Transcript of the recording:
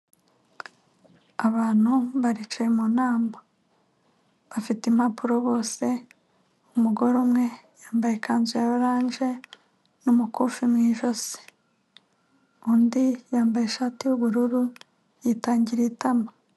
Abantu baricaye mu nama bafite impapuro bose umugore umwe yambaye ikanzu ya oranje n'umukufi mu ijosi, undi yambaye ishati y'ubururu yitangiriye itama.